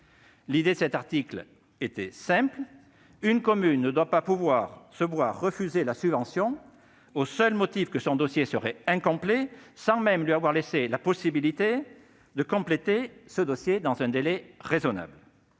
sous-tendait cet article 3 était simple : une commune ne doit pas pouvoir se voir refuser la subvention au seul motif que son dossier serait incomplet, sans même lui avoir laissé la possibilité de le compléter dans un délai raisonnable.